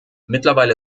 mittlerweile